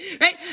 right